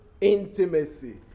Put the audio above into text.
intimacy